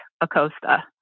Acosta